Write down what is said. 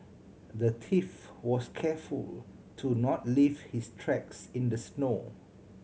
the thief was careful to not leave his tracks in the snow